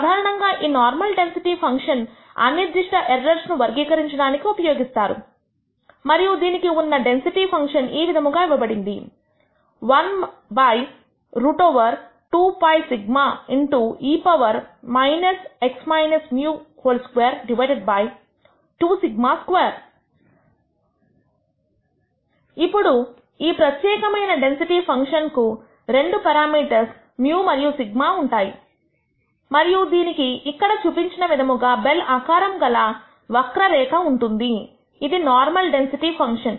సాధారణంగా ఈ normal density function అనిర్దిష్ట ఎర్రర్స్ ను వర్గీకరించడానికి ఉపయోగిస్తారు మరియు దీనికి ఉన్న డెన్సిటీ ఫంక్షన్ ఈ విధముగా ఇవ్వబడింది ఇప్పుడు ఈ ప్రత్యేకమైన డెన్సిటీ ఫంక్షన్ కు రెండు పెరామీటర్స్ μ మరియు σ ఉంటాయి మరియు దీనికి ఇక్కడ చూపిన విధముగా బెల్ ఆకారంగల అక్క వక్రరేఖ ఉంటుంది ఇది ఇది నార్మల్ డెన్సిటీ ఫంక్షన్